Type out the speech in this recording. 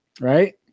Right